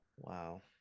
Wow